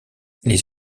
les